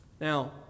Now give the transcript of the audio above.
Now